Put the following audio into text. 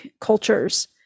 cultures